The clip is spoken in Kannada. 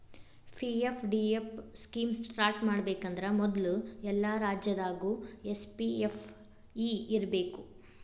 ಪಿ.ಎಫ್.ಡಿ.ಎಫ್ ಸ್ಕೇಮ್ ಸ್ಟಾರ್ಟ್ ಮಾಡಬೇಕಂದ್ರ ಮೊದ್ಲು ಎಲ್ಲಾ ರಾಜ್ಯದಾಗು ಎಸ್.ಪಿ.ಎಫ್.ಇ ಇರ್ಬೇಕು